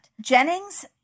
Jennings